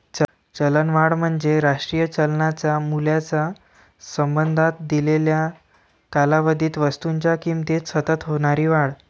चलनवाढ म्हणजे राष्ट्रीय चलनाच्या मूल्याच्या संबंधात दिलेल्या कालावधीत वस्तूंच्या किमतीत सतत होणारी वाढ